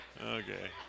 Okay